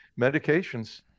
medications